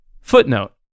Footnote